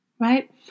Right